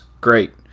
Great